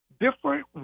different